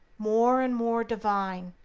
more and more divine.